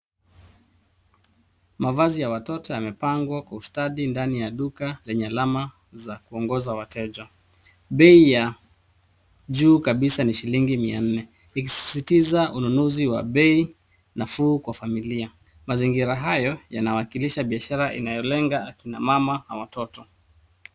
Mavazi ya watoto yamepangwa kwa ustadi ndani ya duka lenye alama za kuongoza wateja. Bei ya juu kabisa ni shilingi mia nne; ikisisitiza ununuzi wa bei nafuu kwa familia. Mazingira hayo yanawakilisha biashara inayolenga akina mama na watoto.